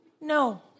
No